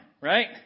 Right